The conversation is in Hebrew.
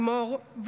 לימור,